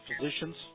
physicians